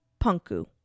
Punku